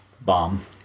bomb